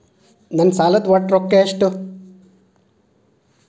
ನನ್ನ ಸಾಲದ ಒಟ್ಟ ರೊಕ್ಕ ಎಷ್ಟು?